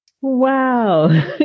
Wow